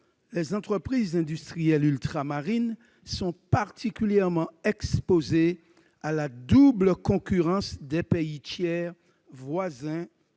les entreprises industrielles ultramarines sont particulièrement exposées à la double concurrence des pays tiers voisins